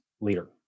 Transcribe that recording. leader